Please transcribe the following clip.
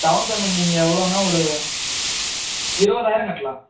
down payment நீங்கள் எவ்வளோன்னா ஒரு இருபதாயிரம் கட்டலாம்